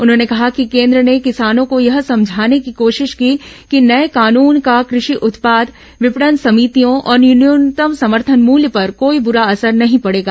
उन्होंने कहा कि केन्द्र ने किसानों को यह समझाने की कोशिश की ँ कि नए कानूनों का क्रषि उत्पाद विपणन समितियों और न्यूनतम समर्थन मूल्य पर कोई वुरा असर नहीं पड़ेगा